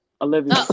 Olivia